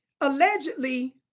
allegedly